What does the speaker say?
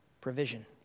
provision